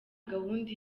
gahunda